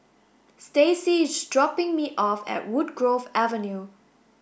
Stacey is dropping me off at Woodgrove Avenue